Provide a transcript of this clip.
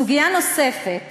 סוגיה נוספת